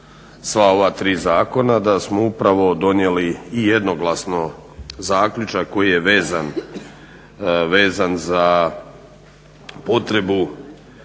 sva ova tri zakona da smo upravo donijeli i jednoglasno zaključak koji je vezan za potrebu